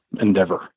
endeavor